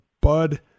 Bud –